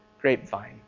grapevine